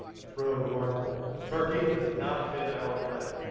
it's really remarkable. and turkey has not been our friend.